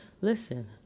Listen